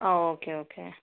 ആ okay okay